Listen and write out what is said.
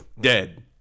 Dead